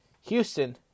Houston